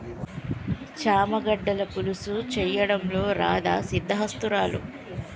చామ గడ్డల పులుసు చేయడంలో రాధా సిద్దహస్తురాలు